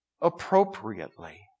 appropriately